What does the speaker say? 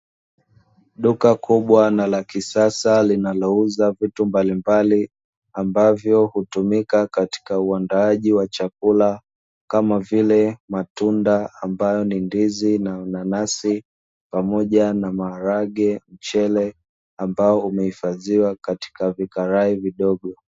Duka kubwa na la kisasa linalouza vitu mbalimbali ambavyo hutumika katika uandaaji wa chakula, kama vile: matunda ambayo ni ndizi na nanasi; pamoja na maharage, mchele; ambao umehifadhiwa katika vikarai vidogo.